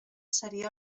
seria